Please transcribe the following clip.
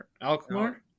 Alkmaar